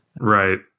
Right